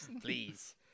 Please